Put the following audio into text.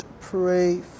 pray